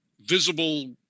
visible